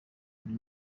uyu